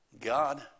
God